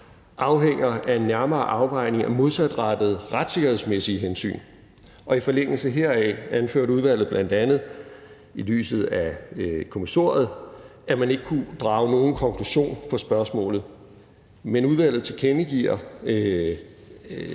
afhænger af en nærmere afvejning af modsatrettede retssikkerhedsmæssige hensyn, og i forlængelse heraf anførte udvalget bl.a. i lyset af kommissoriet, at man ikke kunne drage nogen konklusion på spørgsmålet, og de tilkendegivelser,